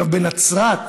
אגב, בנצרת,